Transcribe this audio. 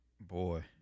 Boy